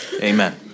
amen